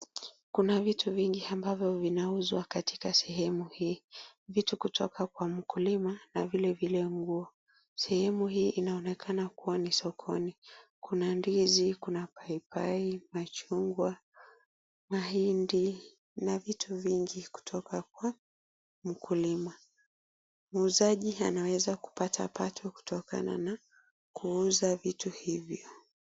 Kuna vitu vingi ambavyo vinauzwa katika sehemu hii. Vitu vinavyotoka kwa mkulima na vilevile na nguo. Sehemu hii inaonekana kuwa sokoni. Kuna ndizi, kuna paipai, machungwa, mahindi na vitu vingi kutoka kwa mkulima. Muuzaji anaweza kupata pato kutokana na kuuza vitu hivyo.